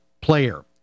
player